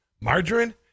Margarine